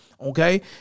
Okay